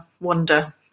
wonder